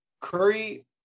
Curry